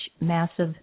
massive